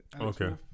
okay